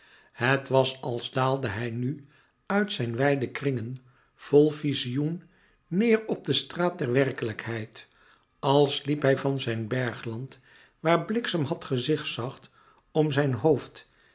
het was als daalde hij nu uit zijn wijde kringen vol vizioen neêr op de straat der werkelijkheid als liep hij van zijn bergland waar bliksem had gezigzagd om zijn hoofd